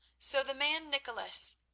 so the man nicholas,